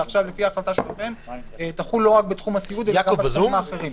ועכשיו לפי ההחלטה שלכם תחול לא רק בתחום הסיעוד אלא גם בתחומים האחרים.